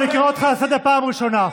אני קורא אותך לסדר פעם ראשונה.